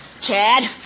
Chad